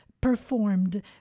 performed